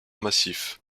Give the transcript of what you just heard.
massifs